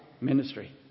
ministry